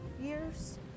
years